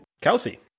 Kelsey